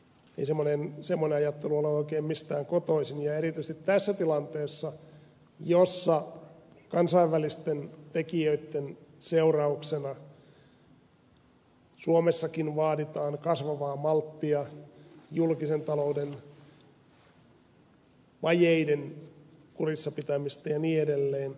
ei semmoinen ajattelu ole oikein mistään kotoisin ja erityisesti tässä tilanteessa jossa kansainvälisten tekijöitten seurauksena suomessakin vaaditaan kasvavaa malttia julkisen talouden vajeiden kurissa pitämistä ja niin edelleen